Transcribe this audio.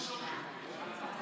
שמחה